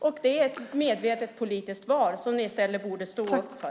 Detta är ett medvetet politiskt val som ni borde stå upp för.